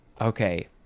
Okay